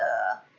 uh